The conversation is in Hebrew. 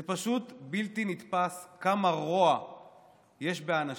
זה פשוט בלתי נתפס כמה רוע יש באנשים.